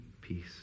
peace